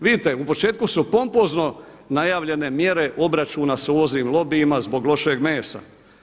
Vidite u početku su pompozno najavljene mjere obračuna sa uvoznim lobijima zbog lošeg mesa.